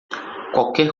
qualquer